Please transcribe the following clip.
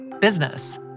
business